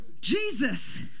Jesus